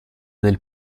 del